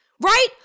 right